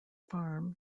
farm